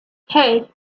hey